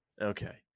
Okay